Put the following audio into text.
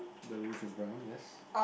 the roof is brown yes